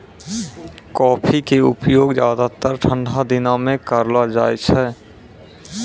coffee के उपयोग ज्यादातर ठंडा दिनों मॅ करलो जाय छै